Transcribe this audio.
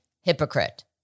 hypocrite